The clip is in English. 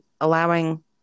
allowing